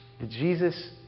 Jesus